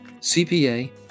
CPA